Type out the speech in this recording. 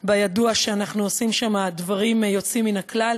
ידוע שאנחנו עושים שם דברים יוצאים מן הכלל,